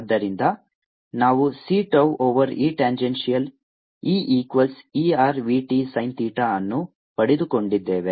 ErEttan cτd dvtsin θ dvtsin ErEtcτvtsin EtErvtsin cτ ಆದ್ದರಿಂದ ನಾವು c tau over E tangential E equals E r v t sin theta ಅನ್ನು ಪಡೆದುಕೊಂಡಿದ್ದೇವೆ